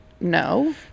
no